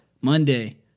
Monday